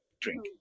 Drink